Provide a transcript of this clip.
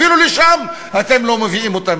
אפילו לשם אתם לא מביאים אותם